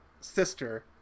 sister